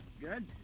Good